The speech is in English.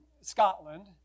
Scotland